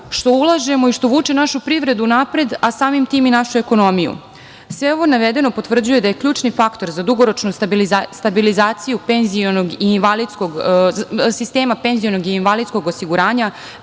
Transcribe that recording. što ulažemo i što vuče našu privredu napred, a samim tim i našu ekonomiju. Sve ovo navedeno potvrđuje da je ključni faktor za dugoročnu stabilizaciju sistema PIO prvenstveno